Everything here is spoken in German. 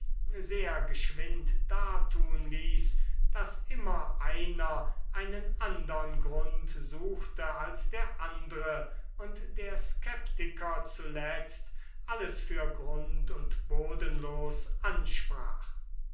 sehr geschwind dartun ließ daß immer einer einen andern grund suchte als der andre und der skeptiker zuletzt alles für grund und bodenlos ansprach